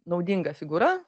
naudinga figūra